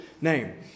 name